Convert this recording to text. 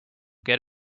get